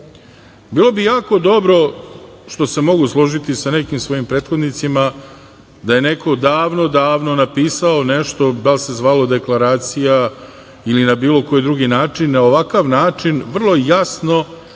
bi jako dobro, što se mogu složiti sa nekim svojim prethodnicima da je neko davno, davno napisao nešto, da li se zvalo deklaracija ili na bilo koji drugi način, na ovakav način vrlo jasno,